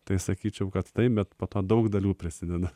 tai sakyčiau kad taip bet po to daug dalių prasideda